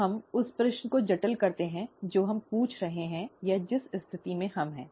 अब हम उस प्रश्न को जटिल करते हैं जो हम पूछ रहे हैं या जिस स्थिति में हम हैं